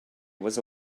was